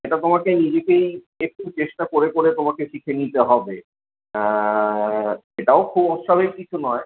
এটা তোমাকে নিজেকেই একটু চেষ্টা করে করে তোমাকে শিখে নিতে হবে সেটাও খুব অস্বাভাবিক কিছু নয়